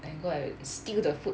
and go like steal the food